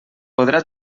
podrà